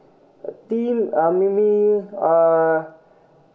theme uh mainly uh